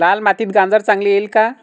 लाल मातीत गाजर चांगले येईल का?